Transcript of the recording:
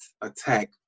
attack